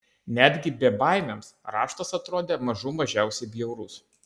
netgi bebaimiams raštas atrodė mažų mažiausiai bjaurus